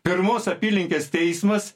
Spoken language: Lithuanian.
pirmos apylinkės teismas